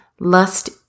lust